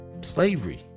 slavery